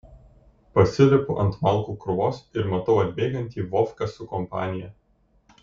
pasilipu ant malkų krūvos ir matau atbėgantį vovką su kompanija